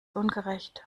ungerecht